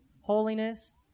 holiness